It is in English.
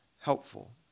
helpful